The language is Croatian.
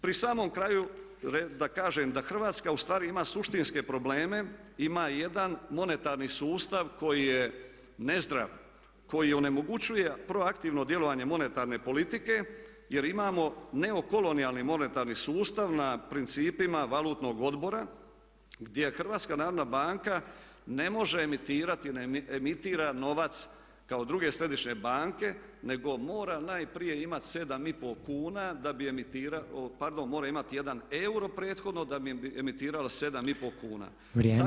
Pri samom kraju da kažem da Hrvatska ustvari ima suštinske probleme, ima jedan monetarni sustav koji je nezdrav, koji onemogućuje proaktivno djelovanje monetarne politike jer imamo neokolonijalni monetarni sustav na principima valutnog odbora gdje HNB ne može emitirati, ne emitira novac kao druge središnje banke nego mora najprije imati 7,5 kuna pardon mora imati 1 euro prethodno da bi emitirao 7,5 kuna.